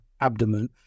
abdomen